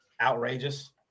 outrageous